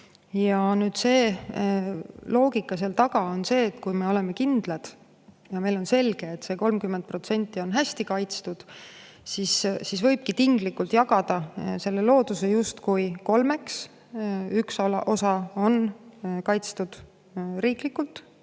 kehvemini. Loogika seal taga on see, et kui me oleme kindlad ja meile on selge, et 30% on hästi kaitstud, siis võib tinglikult jagada looduse kolmeks. Üks osa on kaitstud riiklikult,